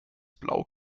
blau